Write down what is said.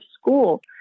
school